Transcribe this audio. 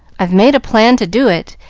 i've made a plan to do it,